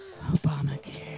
Obamacare